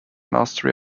mastery